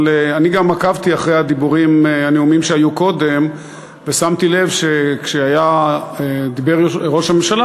אבל אני גם עקבתי אחרי הנאומים שהיו קודם ושמתי לב שכשדיבר ראש הממשלה,